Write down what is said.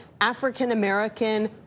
African-American